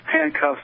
handcuffs